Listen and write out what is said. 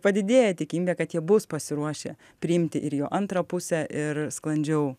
padidėja tikimybė kad jie bus pasiruošę priimti ir jo antrą pusę ir sklandžiau